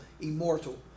immortal